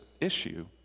issue